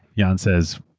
jan says,